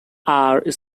are